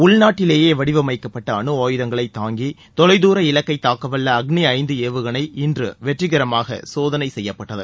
உள்நாட்டிலேயே வடிவமைக்கப்பட்ட அனு ஆயுதங்களை தாங்கி தொலைதூர இலக்கை தாக்கவல்ல அக்னி ஐந்து ஏவுகனை இன்று வெற்றிகரமாக சோதனை செய்யப்பட்டது